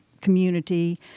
community